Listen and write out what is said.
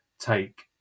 take